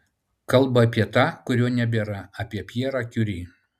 kalba apie tą kurio nebėra apie pjerą kiuri